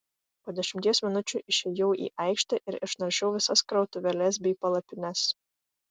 po dešimties minučių išėjau į aikštę ir išnaršiau visas krautuvėles bei palapines